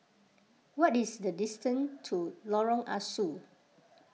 what is the distance to Lorong Ah Soo